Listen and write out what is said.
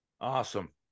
Awesome